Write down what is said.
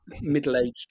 middle-aged